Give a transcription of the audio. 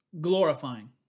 glorifying